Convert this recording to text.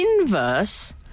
inverse